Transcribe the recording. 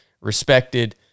respected